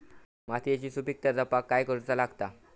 मातीयेची सुपीकता जपाक काय करूचा लागता?